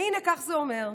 והינה כך זה אומר: